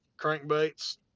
crankbaits